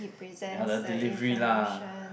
ya the delivery lah